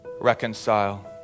reconcile